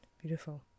Beautiful